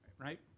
right